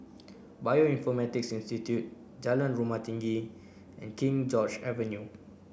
Bioinformatics Institute Jalan Rumah Tinggi and King George Avenue